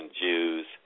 Jews